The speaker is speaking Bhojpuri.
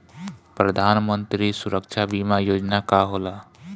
प्रधानमंत्री सुरक्षा बीमा योजना का होला?